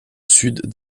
sud